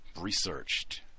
researched